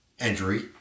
injury